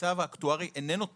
המצב האקטוארי איננו טוב.